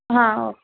ಹಾಂ ಓಕೆ